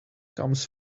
comes